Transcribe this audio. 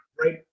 right